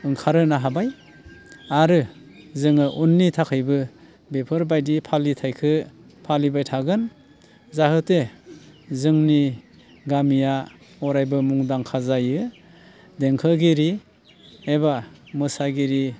ओंखारहोनो हाबाय आरो जोङो उननि थाखायबो बेफोरबायदि फालिथायखो फालिबाय थागोन जाहाथे जोंनि गामिया अरायबो मुंदांखा जायो देंखोगिरि एबा मोसागिरि